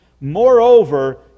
Moreover